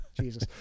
Jesus